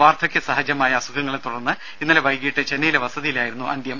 വാർദ്ധക്യ സഹജമായ അസുഖങ്ങളെത്തുടർന്ന് ഇന്നലെ വൈകിട്ട് ചെന്നൈയിലെ വസതിയിലായിരുന്നു അന്ത്യം